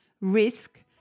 risk